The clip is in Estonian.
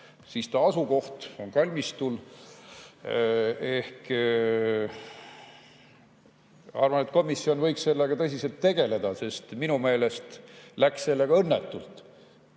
ja tema asukoht on kalmistul. Ma arvan, et komisjon võiks sellega tõsiselt tegeleda, sest minu meelest läks sellega õnnetult.